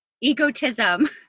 egotism